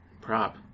prop